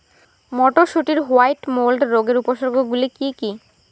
মটরশুটির white mould রোগের উপসর্গগুলি কী কী?